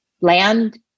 land